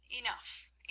Enough